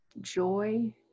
joy